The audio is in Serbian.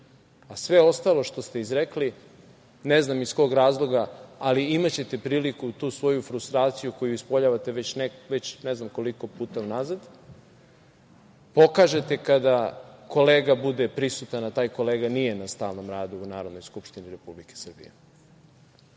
a sve ostalo što ste izrekli, ne znam iz kog razloga, ali imaćete priliku da tu svoju frustraciju, koju ispoljavate već ne znam koliko puta unazad, pokažete kada kolega bude prisutan, a taj kolega nije na stalnom radu u Narodnoj skupštini Republike Srbije.